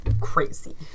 crazy